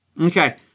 Okay